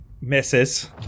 misses